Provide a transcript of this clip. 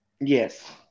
Yes